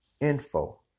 info